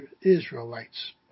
Israelites